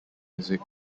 music